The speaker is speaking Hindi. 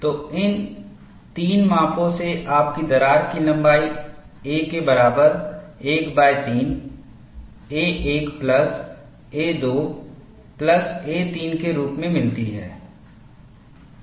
तो इन 3 मापों से आपकी दरार की लंबाई a के बराबर 13 a1 plus a2 plus a3 के रूप में मिलती है